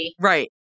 Right